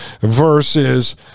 versus